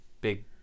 big